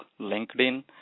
LinkedIn